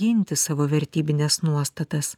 ginti savo vertybines nuostatas